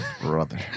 brother